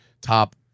top